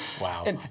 Wow